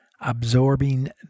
absorbing